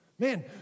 Man